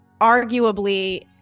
arguably